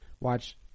Watch